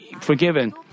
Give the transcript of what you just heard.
forgiven